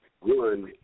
one